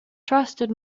trusted